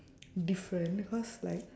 different cause like